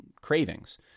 cravings